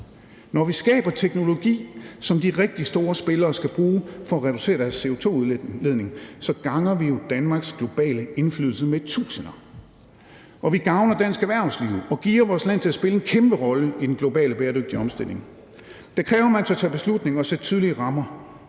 Når vi skaber teknologi, som de rigtig store spillere skal bruge for at reducere deres CO2-udledning, så ganger vi jo Danmarks globale indflydelse med tusinder, og vi gavner dansk erhvervsliv og gearer vores land til at spille en kæmpe rolle i den globale bæredygtige omstilling. Det kræver, at man tør tage beslutninger og sætte tydelige rammer,